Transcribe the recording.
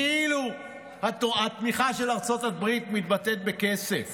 כאילו התמיכה של ארצות הברית מתבטאת בכסף